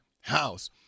house